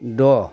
द'